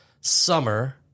summer